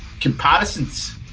comparisons